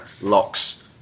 locks